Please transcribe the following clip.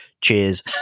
cheers